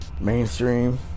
mainstream